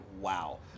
wow